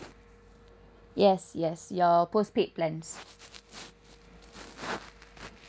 yes yes your postpaid plans